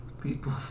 People